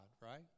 right